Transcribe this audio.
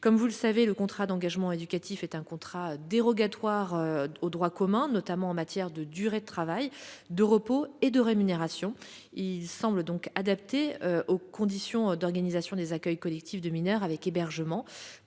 Comme vous le savez, le contrat d'engagement éducatif est un contrat dérogatoire au droit commun, notamment en matière de durée de travail, de repos et de rémunération. Il semble adapté aux conditions d'organisation des accueils collectifs de mineurs avec hébergement.